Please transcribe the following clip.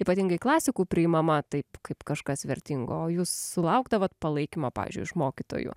ypatingai klasikų priimama taip kaip kažkas vertingo o jūs sulaukdavot palaikymo pavyzdžiui iš mokytojų